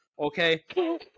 Okay